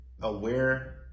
aware